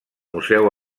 museu